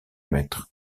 maître